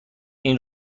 این